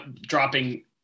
dropping